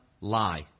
Lie